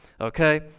Okay